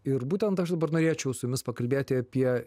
ir būtent aš dabar norėčiau su jumis pakalbėti apie